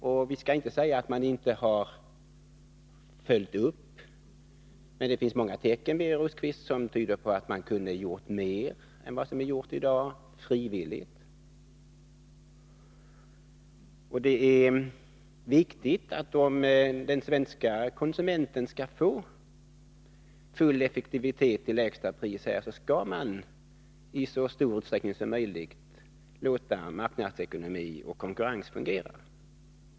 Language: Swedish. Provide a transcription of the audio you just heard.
Jag vill inte påstå att man inte har följt upp det, men det finns, Birger Rosqvist, många tecken som tyder på att man frivilligt kunde ha gjort mer än vad som är gjort i dag. För att den svenska konsumenten skall få full effektivitet till lägsta pris måste man i så stor utsträckning som möjligt låta marknadsekonomi och konkurrens fungera.